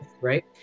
right